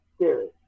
series